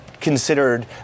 considered